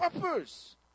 purpose